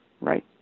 right